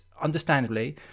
understandably